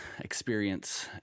experience